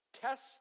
Test